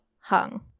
hung